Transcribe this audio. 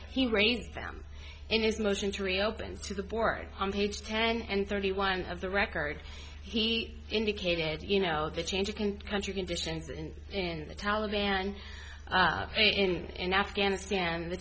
he raised them in his motion to reopen to the board on page ten and thirty one of the record he indicated you know the change in country conditions in and the taliban in in afghanistan the